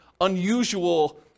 unusual